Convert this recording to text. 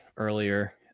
earlier